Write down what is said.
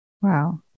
Wow